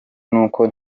nuko